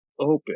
open